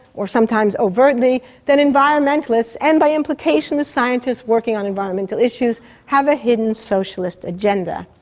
or sometimes overtly, that environmentalists and by implication the scientists working on environmental issues have a hidden socialist agenda.